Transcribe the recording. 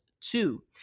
two